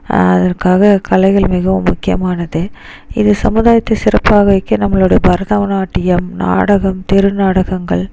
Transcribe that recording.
அதற்காக கலைகள் மிகவும் முக்கியமானது இது சமுதாயத்தை சிறப்பாக வைக்க நம்மளுடைய பரத நாட்டியம் நாடகம் தெரு நாடகங்கள்